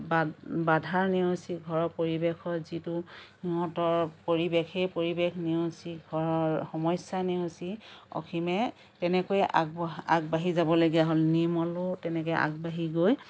বাধা নেওচি ঘৰৰ পৰিৱেশত যিবোৰ সিহঁতৰ পৰিৱেশ সেই পৰিৱেশ নেওচি ঘৰৰ সমস্যা নেওচি অসীমে তেনেকৈয়ে আগবাঢ়ি আগবাঢ়ি যাবলগীয়া হ'ল নিৰ্মলো তেনেকে আগবাঢ়ি গৈ